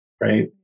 right